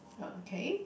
okay